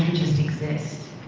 just exist.